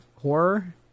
horror